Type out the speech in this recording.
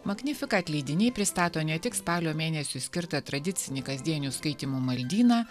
magnificat leidiniai pristato ne tik spalio mėnesiui skirtą tradicinį kasdienių skaitymų maldyną